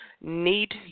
need